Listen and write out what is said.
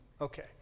Okay